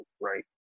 right